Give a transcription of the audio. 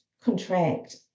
contract